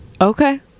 Okay